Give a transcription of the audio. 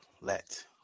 let